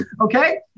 okay